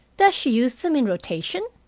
does she use them in rotation?